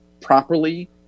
properly